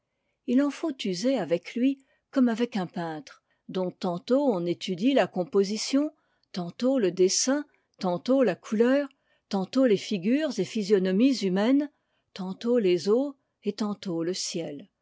il en faut user avec lui comme avec un peintre dont tantôt on étudie la composition tantôt le dessin tantôt la couleur tantôt les figures et physionomies humaines tantôt les eaux et tantôt le ciel